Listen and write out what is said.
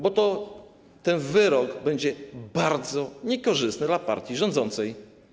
Bo ten wyrok będzie bardzo niekorzystny dla partii rządzącej.